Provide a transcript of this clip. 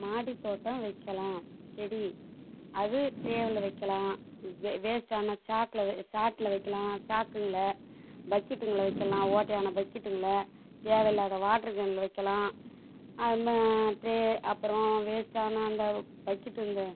மாடித்தோட்டம் வைக்கலாம் செடி அது டேபுளில் வைக்கலாம் வே வேஸ்ட்டான சாக்கில் சாட்டில் வைக்கலாம் சாக்குங்கில் பக்கெட்டுங்களில் வைக்கலாம் ஓட்டையான பக்கெட்டுங்களில் தேவையில்லாத வாட்ருகேனில் வைக்கலாம் அதுமா ட்ரே அப்புறம் வேஸ்ட்டான அந்த பக்கெட்டு இந்த